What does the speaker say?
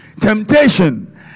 Temptation